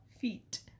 feet